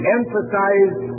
emphasize